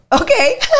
okay